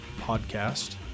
podcast